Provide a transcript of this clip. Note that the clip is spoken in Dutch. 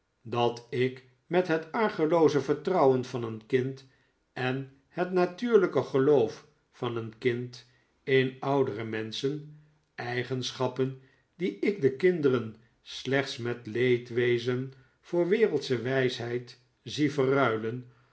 dat ik met het argelooze vertrouwen van een kind en het natuurlijke geloof van een kind in oudere menschen eigenschappen die ik de kinderen slechts met leedwezen voor wereldsche wijsheid zie verruilen